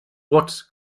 what